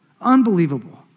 unbelievable